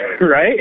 right